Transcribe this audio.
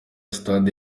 sitade